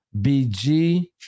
BG